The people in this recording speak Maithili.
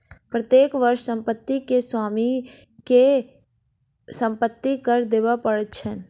प्रत्येक वर्ष संपत्ति के स्वामी के संपत्ति कर देबअ पड़ैत छैन